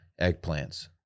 eggplants